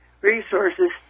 resources